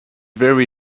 very